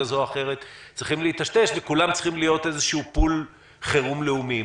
צריכים להיטשטש וכולם צריכים להיות איזשהו פול חירום לאומי.